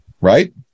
right